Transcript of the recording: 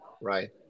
right